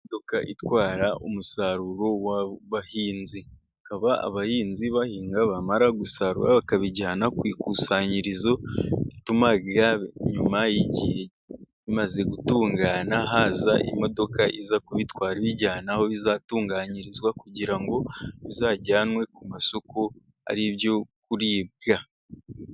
Imodoka itwara umusaruro w'abahinzi, ikaba abahinzi bahinga, bamara gusarura bakabijyana ku ikusanyirizo ituma bimara igihe, bimaze gutungana, haza imodoka iza kubitwara ibijyana aho bizatunganyirizwa, kugira ngo bizajyanwe ku masoko ari ibyo kuribwa.